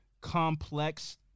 complex